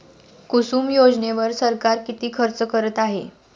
कुसुम योजनेवर सरकार किती खर्च करत आहे?